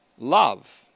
Love